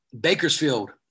Bakersfield